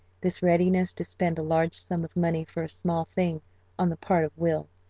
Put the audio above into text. this readiness to spend a large sum of money for a small thing on the part of will,